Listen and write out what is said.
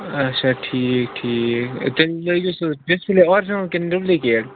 اچھا ٹھیٖک ٹھیٖک تیٚلہِ لٲگۍ ہوس حظ ڈِسپٕلیے آرجِنل کِنہٕ ڈُبلِکیٹ